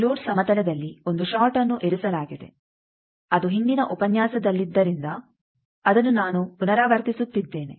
load ಸಮತಲದಲ್ಲಿ ಒಂದು ಷಾರ್ಟ್ಅನ್ನು ಇರಿಸಲಾಗಿದೆ ಅದು ಹಿಂದಿನ ಉಪನ್ಯಾಸದಲ್ಲಿದ್ದರಿಂದ ಅದನ್ನು ನಾನು ಪುನರಾವರ್ತಿಸುತ್ತಿದ್ದೇನೆ